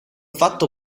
fatto